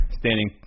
standing